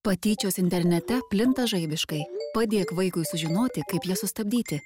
patyčios internete plinta žaibiškai padėk vaikui sužinoti kaip ją sustabdyti